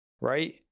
Right